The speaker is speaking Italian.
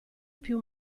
più